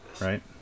right